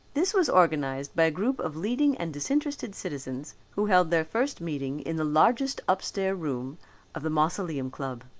this was organized by a group of leading and disinterested citizens who held their first meeting in the largest upstairs room of the mausoleum club.